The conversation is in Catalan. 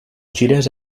gires